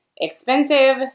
expensive